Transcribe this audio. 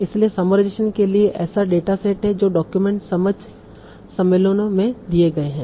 इसलिए समराइजेशन के लिए ऐसे डेटासेट हैं जो डॉक्यूमेंट समझ सम्मेलनों में दिए गए हैं